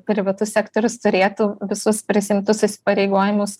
privatus sektorius turėtų visus prisiimtus įsipareigojimus